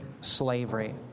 slavery